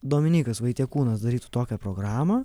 dominykas vaitiekūnas darytų tokią programą